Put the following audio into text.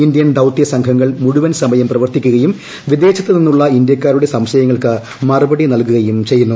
Indian ദൌത്യ സംഘങ്ങൾ മുഴുവൻ സമയം പ്രവർത്തിക്കുകയും വിദ്ദേശത്തു് നിന്നുള്ള ഇന്ത്യാക്കാരുടെ സംശയങ്ങൾക്ക് മറുപടി നൽക്കുകയും ചെയ്യുന്നു